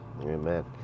Amen